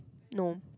no